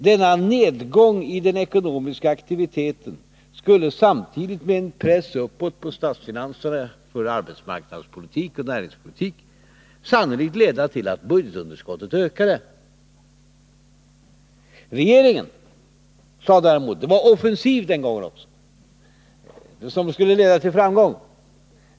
Denna nedgång i den ekonomiska aktiviteten skulle samtidigt med en press uppåt på statsutgifterna för arbetsmarknadsoch näringspolitiken sannolikt leda till att budgetunderskottet ökade. Regeringen däremot sade — den var offensiv den gången också — att momshöjningen skulle leda till framgång.